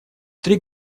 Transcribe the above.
три